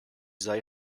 sei